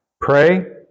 pray